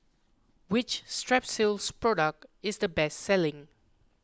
which Strepsils product is the best selling